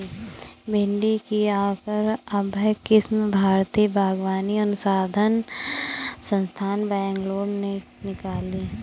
भिंडी की अर्का अभय किस्म भारतीय बागवानी अनुसंधान संस्थान, बैंगलोर ने निकाली